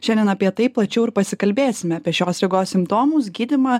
šiandien apie tai plačiau ir pasikalbėsime apie šios ligos simptomus gydymą